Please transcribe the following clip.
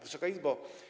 Wysoka Izbo!